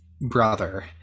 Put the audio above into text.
brother